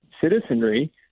citizenry